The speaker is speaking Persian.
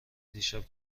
دیشب